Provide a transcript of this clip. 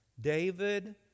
David